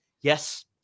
Yes